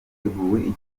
hateguwe